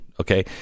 Okay